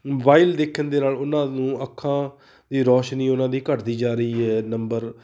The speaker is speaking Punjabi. ਮੋਬਾਇਲ ਦੇਖਣ ਦੇ ਨਾਲ ਉਹਨਾਂ ਨੂੰ ਅੱਖਾਂ ਦੀ ਰੌਸ਼ਨੀ ਉਹਨਾਂ ਦੀ ਘੱਟਦੀ ਜਾ ਰਹੀ ਹੈ ਨੰਬਰ